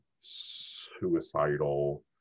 suicidal